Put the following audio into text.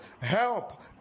Help